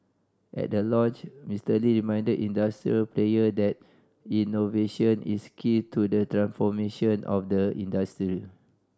at the launch Mister Lee reminded industry players that innovation is key to the transformation of the industry